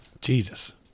Jesus